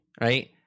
right